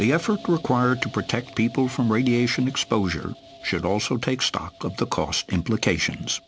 the effort required to protect people from radiation exposure should also take stock of the cost implications